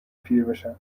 پیربشن